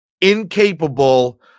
incapable